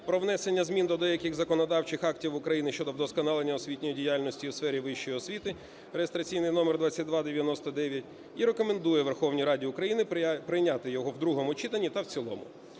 про внесення змін до деяких законодавчих актів України щодо вдосконалення освітньої діяльності у сфері вищої освіти (реєстраційний номер 2299) і рекомендує Верховній Раді України прийняти його в другому читанні та в цілому.